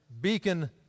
Beacon